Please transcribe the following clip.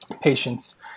patients